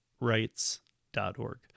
rights.org